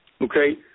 okay